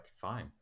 fine